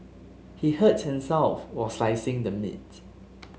he hurt himself while slicing the meat